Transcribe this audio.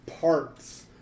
parts